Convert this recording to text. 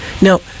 Now